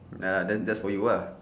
ya lah then just for you ah